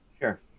Sure